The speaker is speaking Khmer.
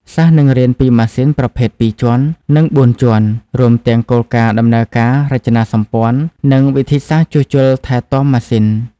សិស្សនឹងរៀនពីម៉ាស៊ីនប្រភេទពីរជាន់ និងបួនជាន់ រួមទាំងគោលការណ៍ដំណើរការ រចនាសម្ព័ន្ធ និងវិធីសាស្រ្តជួសជុលថែទាំម៉ាស៊ីន។